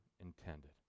intended